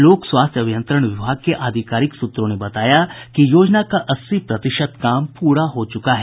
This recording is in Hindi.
लोक स्वास्थ्य अभियंत्रण विभाग के आधिकारिक सूत्रों ने बताया कि योजना का अस्सी प्रतिशत काम पूरा कर लिया गया है